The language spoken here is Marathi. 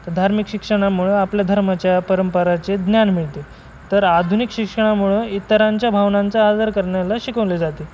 तर धार्मिक शिक्षणामुळं आपल्या धर्माच्या परंपरांचे ज्ञान मिळते तर आधुनिक शिक्षणामुळं इतरांच्या भावनांचा आदर करण्याला शिकवले जाते